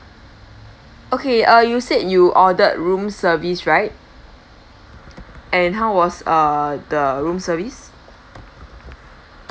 okay uh you said you ordered room service right and how was uh the room service